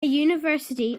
university